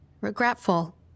Regretful